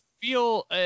feel